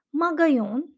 Magayon